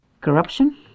Corruption